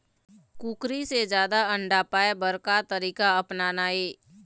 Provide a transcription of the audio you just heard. कुकरी से जादा अंडा पाय बर का तरीका अपनाना ये?